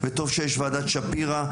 וטוב שיש ועדת שפירא,